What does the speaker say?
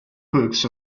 books